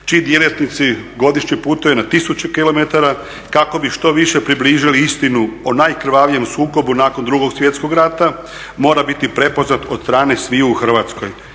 čiji djelatnici godišnje putuju na tisuće kilometara kako bi što više približili istinu o najkrvavijem sukobu nakon Drugog svjetskog rata, mora biti prepoznat od strane sviju u Hrvatskoj